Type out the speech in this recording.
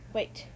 Wait